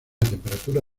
temperatura